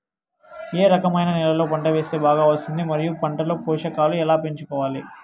ఏ రకమైన నేలలో పంట వేస్తే బాగా వస్తుంది? మరియు పంట లో పోషకాలు ఎలా పెంచుకోవాలి?